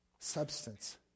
substance